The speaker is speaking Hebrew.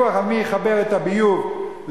יש ויכוח על מי יחבר את הביוב לארצי,